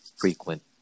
frequent